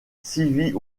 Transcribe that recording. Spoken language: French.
civil